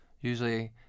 usually